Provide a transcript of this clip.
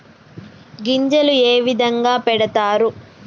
గింజలు ఏ విధంగా పెడతారు?